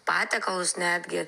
patiekalus netgi